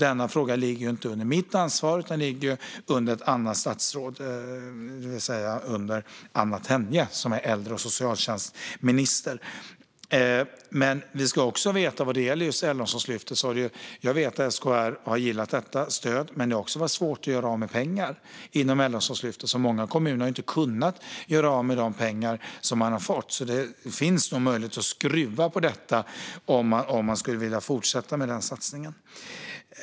Denna fråga ligger dock inte inom mitt ansvarsområde utan under ett annat statsråd, nämligen Anna Tenje som är äldre och socialtjänstminister. Vad gäller just Äldreomsorgslyftet ska vi dock veta att SKR har gillat den satsningen men att det faktiskt har varit svårt att göra av med pengarna. Många kommuner har inte kunnat göra av med de pengar de har fått inom Äldreomsorgslyftet. Det finns nog alltså möjlighet att skruva på detta om man skulle vilja fortsätta med den satsningen.